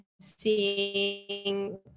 seeing